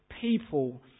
people